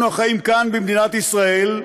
אנחנו החיים כאן במדינת ישראל,